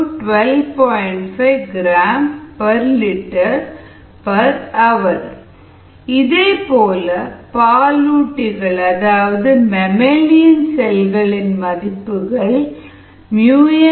5 gl h இதேபோல் பாலூட்டிகள் அதாவது மம்மிலியன் செல்களின் மதிப்புகள்µm 0